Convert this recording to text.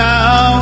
Now